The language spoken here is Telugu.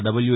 డబ్ల్యా